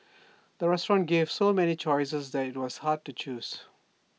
the restaurant gave so many choices that IT was hard to choose